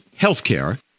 healthcare